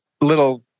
little